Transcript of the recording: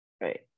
Right